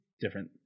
different